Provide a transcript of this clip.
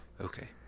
Okay